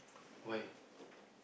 why